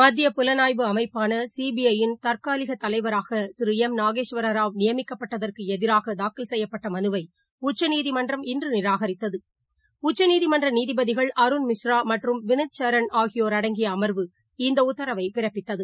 மத்திய புலளாய்வு அமைப்பாளசிபி ஐ யிள் தற்காலிகதலைவராகதிருளம் நாகேஸ்வரராவ் நியமிக்கப்பட்டதற்குஎதிராகதாக்கல் செய்யப்பட்டமனுவைஉச்சநீதிமன்றம் இன்றுநிராகரித்தது உச்ச்நீதிமன்றநீதிபதிகள் அருண் மிஸ்ரா மற்றும் வினித் சரண் ஆகியோர் அடங்கியஅமா்வு இந்தஉத்தரவைபிறப்பித்தது